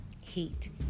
Heat